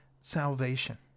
salvation